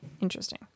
Interesting